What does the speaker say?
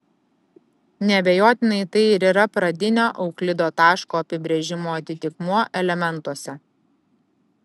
neabejotinai tai ir yra pradinio euklido taško apibrėžimo atitikmuo elementuose